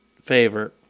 favorite